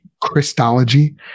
Christology